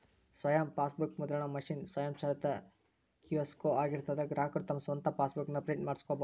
ಸ್ವಯಂ ಫಾಸ್ಬೂಕ್ ಮುದ್ರಣ ಮಷೇನ್ ಸ್ವಯಂಚಾಲಿತ ಕಿಯೋಸ್ಕೊ ಆಗಿರ್ತದಾ ಗ್ರಾಹಕರು ತಮ್ ಸ್ವಂತ್ ಫಾಸ್ಬೂಕ್ ನ ಪ್ರಿಂಟ್ ಮಾಡ್ಕೊಬೋದು